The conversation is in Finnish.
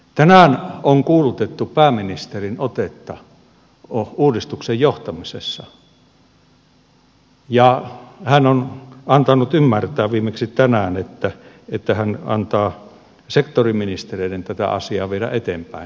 tänään on kuulutettu pääministerin otetta uudistuksen johtamisessa ja hän on antanut ymmärtää viimeksi tänään että hän antaa sektoriministereiden tätä asiaa viedä eteenpäin